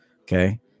Okay